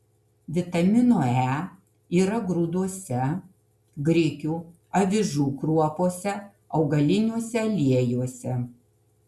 vitamino e yra grūduose grikių avižų kruopose augaliniuose aliejuose